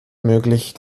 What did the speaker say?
möglich